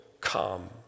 come